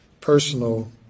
personal